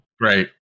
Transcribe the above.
Right